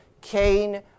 Cain